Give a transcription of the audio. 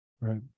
Right